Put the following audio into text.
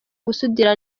gusudira